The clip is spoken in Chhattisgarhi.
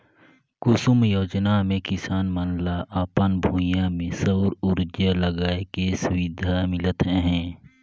कुसुम योजना मे किसान मन ल अपन भूइयां में सउर उरजा लगाए के सुबिधा मिलत हे